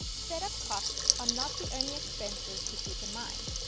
setup costs are not the only expenses to keep in mind.